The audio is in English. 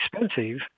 expensive